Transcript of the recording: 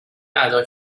ادا